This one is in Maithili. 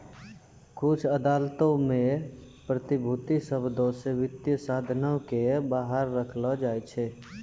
कुछु अदालतो मे प्रतिभूति शब्दो से वित्तीय साधनो के बाहर रखलो जाय छै